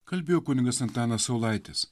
kalbėjo kunigas antanas saulaitis